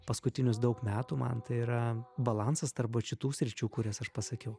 paskutinius daug metų man tai yra balansas tarp vat šitų sričių kurias aš pasakiau